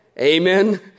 Amen